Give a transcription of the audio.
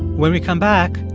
when we come back,